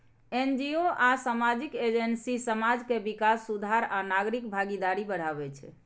NGO आ सामाजिक agency समाज के विकास, सुधार आ नागरिक भागीदारी बढ़ाबै छै